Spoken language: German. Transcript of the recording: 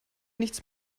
nichts